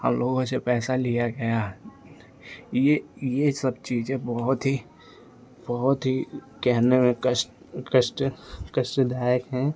हम लोगों से पैसा लिया गया ये ये सब चीजें बहुत ही बहुत ही कहने में कस्ट कष्टदायक हैं